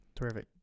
terrific